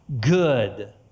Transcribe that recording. good